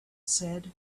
said